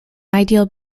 ideal